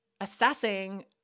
assessing